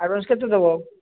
advance କେତେ ଦବ